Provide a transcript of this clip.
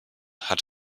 hat